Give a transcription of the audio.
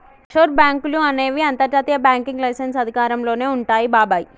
offshore బాంకులు అనేవి అంతర్జాతీయ బ్యాంకింగ్ లైసెన్స్ అధికారంలోనే వుంటాయి బాబాయ్